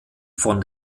von